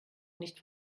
nicht